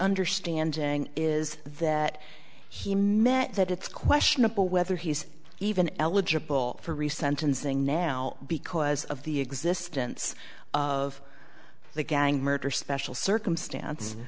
understanding is that he met that it's questionable whether he's even eligible for re sentencing now because of the existence of the gang murder special circumstance